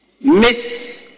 Miss